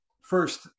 First